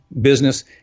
business